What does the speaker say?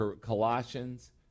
Colossians